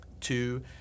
two